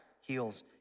heals